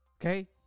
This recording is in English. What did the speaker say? Okay